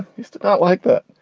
not like that.